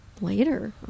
Later